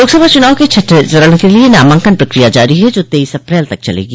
लोकसभा चुनाव के छठें चरण के लिये नामांकन प्रक्रिया जारी है जो तेईस अप्रैल तक चलेगी